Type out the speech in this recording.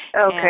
Okay